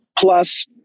plus